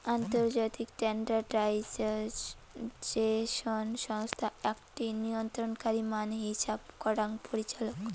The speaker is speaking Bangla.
আন্তর্জাতিক স্ট্যান্ডার্ডাইজেশন সংস্থা আকটি নিয়ন্ত্রণকারী মান হিছাব করাং পরিচালক